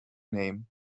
name